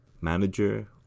manager